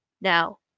Now